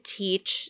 teach